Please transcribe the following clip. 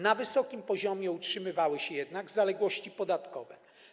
Na wysokim poziomie utrzymywały się jednak zaległości podatkowe.